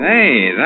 Hey